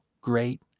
great